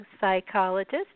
psychologist